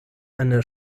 eine